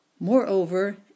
Moreover